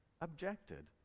objected